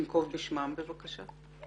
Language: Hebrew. תנקוב בשמם, בבקשה.